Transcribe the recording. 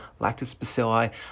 lactobacilli